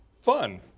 fun